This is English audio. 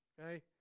okay